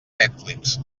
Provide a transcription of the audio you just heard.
netflix